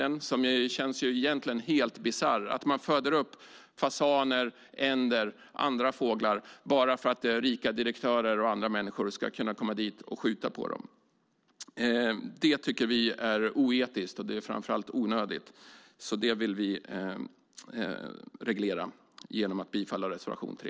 Den sistnämnda känns helt bisarr. Man föder upp fasaner, änder och andra fåglar bara för att rika direktörer och andra ska kunna skjuta på dem. Vi tycker att det är oetiskt och framför allt onödigt och vill reglera det genom att bifalla reservation 3.